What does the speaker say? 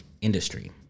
industry